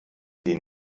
den